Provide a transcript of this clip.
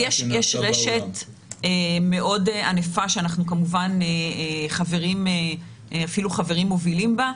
יש רשת מאוד ענפה, שאנחנו אפילו חברים מובילים בה.